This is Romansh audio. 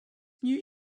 gnü